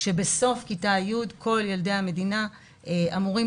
כשבסוף כיתה י' כל ילדי המדינה אמורים